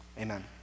Amen